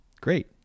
great